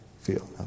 Feel